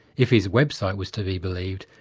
if his website was to be believed,